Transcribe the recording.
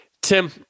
Tim